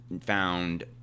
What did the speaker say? found